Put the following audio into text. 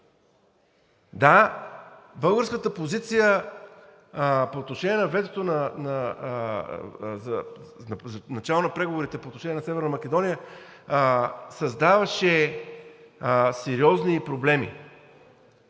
Да, българската позиция по отношение на ветото за начало на преговорите по отношение на Северна Македония създаваше сериозни проблеми